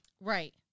Right